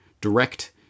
direct